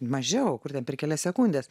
mažiau kur ten per kelias sekundes